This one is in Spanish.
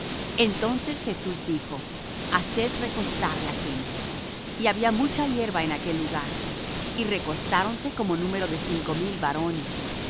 entonces jesús dijo haced recostar la gente y había mucha hierba en aquel lugar y recostáronse como número de cinco mil varones